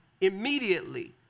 immediately